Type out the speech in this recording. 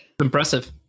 Impressive